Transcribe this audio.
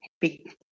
big